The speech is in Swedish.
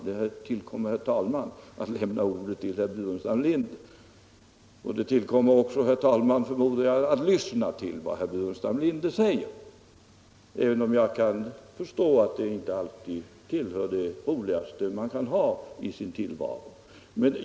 Det tillkommer herr talmannen att lämna ordet till herr Burenstam Linder, och det tillkommer också herr talmannen, förmodar jag, att lyssna till vad herr Burenstam Linder säger — även om jag kan förstå att det inte alltid tillhör det roligaste man kan ha i sin tillvaro.